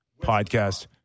podcast